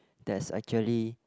there's actually